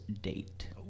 date